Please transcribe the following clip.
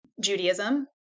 Judaism